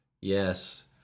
Yes